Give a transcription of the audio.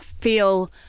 feel